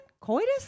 Coitus